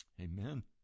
Amen